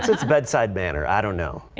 it's it's bedside manner i don't know.